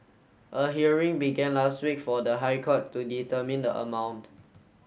a hearing began last week for the High Court to determine the amount